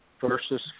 versus